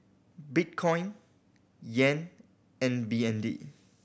Bitcoin Yen and B N D